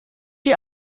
die